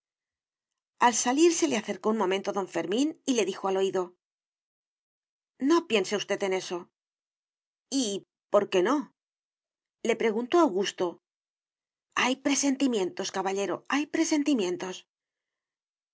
al salir se le acercó un momento don fermín y le dijo al oído no piense usted en eso y por qué no le preguntó augusto hay presentimientos caballero hay presentimientos